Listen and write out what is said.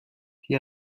die